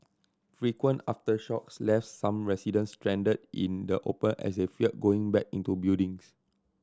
frequent aftershocks left some residents stranded in the open as they feared going back into buildings